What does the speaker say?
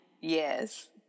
Yes